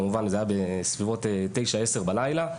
זה היה בסביבות תשע-עשר בלילה,